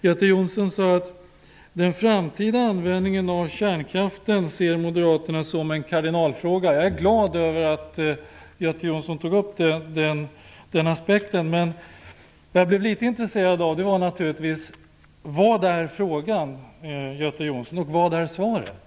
Göte Jonsson sade att moderaterna ser den framtida användningen av kärnkraften som en kardinalfråga. Jag är över att Göte Jonsson tog upp den aspekten. Det jag blev litet intresserad av, Göte Jonsson, är: Vad är frågan, och vad är svaret?